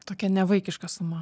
tokia nevaikiška suma